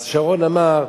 אז שרון אמר: